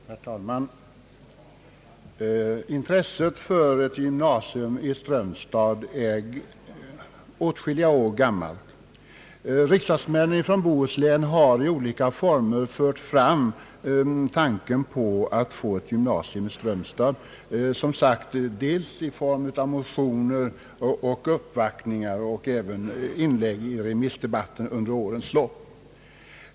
Herr talman! Intresset för ett gymnasium i Strömstad är åtskilliga år gammalt. Riksdagsmän från Bohuslän har i olika sammanhang fört fram detta önskemål, både i motioner och vid uppvaktningar samt även i remissdebattsinlägg under årens lopp.